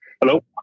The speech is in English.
Hello